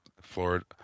Florida